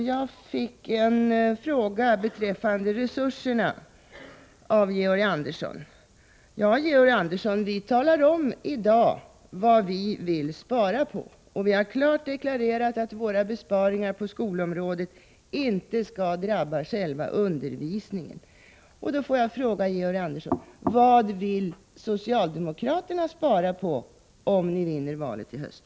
Jag fick en fråga beträffande resurserna av Georg Andersson. Mitt svar är: Vi talar om i dag vad vi vill spara på, och vi har klart deklarerat att våra besparingar på skolområdet inte skall drabba själva undervisningen. Får jag fråga Georg Andersson: Vad vill socialdemokraterna spara på, om ni vinner valet i höst?